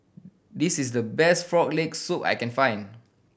this is the best Frog Leg Soup I can find